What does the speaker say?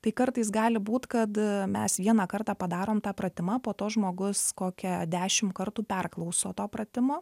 tai kartais gali būt kad mes vieną kartą padarom tą pratimą po to žmogus kokią dešim kartų perklauso to pratimo